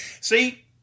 See